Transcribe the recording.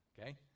Okay